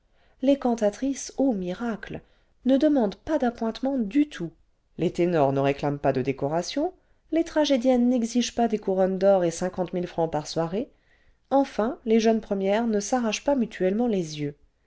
les cantatrices ô miracle ne demandent pas d'appointements du tout les ténors ne réclament pas de décorations les tragédiennes n'exigent pas des couronnes d'or et francs par soirée enfin les jeunes premières ne s'arrachent pas mutuellement les yeux